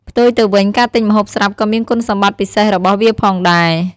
ផ្ទុយទៅវិញ ការទិញម្ហូបស្រាប់ក៏មានគុណសម្បត្តិពិសេសរបស់វាផងដែរ។